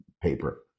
paper